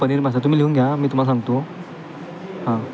पनीर मसाला तुम्ही लिहून घ्या मी तुम्हाला सांगतो हां